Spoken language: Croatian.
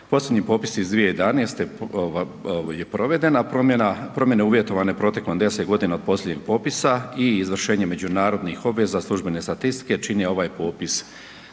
Posljednji popis iz 2011. je proveden, a promjene uvjetovane protekom 10 godina od posljednjeg popisa i izvršenje međunarodnih obveza službene statistike čine ovaj popis